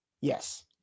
Yes